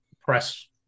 press